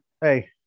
hey